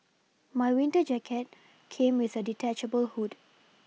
my winter jacket came with a detachable hood